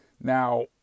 Now